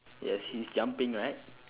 yes he's jumping right